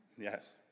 Yes